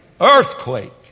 Earthquake